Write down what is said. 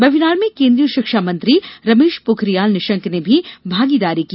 webinar में केन्द्रीय शिक्षा मंत्री रमेश पोखरियाल निशंक ने भी भागीदारी की